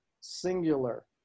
singular